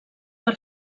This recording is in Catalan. per